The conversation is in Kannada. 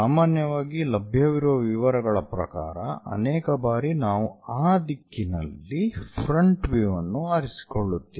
ಸಾಮಾನ್ಯವಾಗಿ ಲಭ್ಯವಿರುವ ವಿವರಗಳ ಪ್ರಕಾರ ಅನೇಕ ಬಾರಿ ನಾವು ಆ ದಿಕ್ಕಿನಲ್ಲಿ ಫ್ರಂಟ್ ವ್ಯೂ ಅನ್ನು ಆರಿಸಿಕೊಳ್ಳುತ್ತೇವೆ